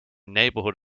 neighborhood